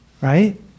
right